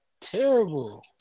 Terrible